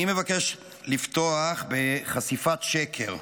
אני מבקש לפתוח בחשיפת שקר: